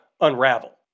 unravel